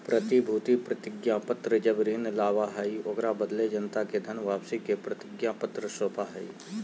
प्रतिभूति प्रतिज्ञापत्र जब ऋण लाबा हइ, ओकरा बदले जनता के धन वापसी के प्रतिज्ञापत्र सौपा हइ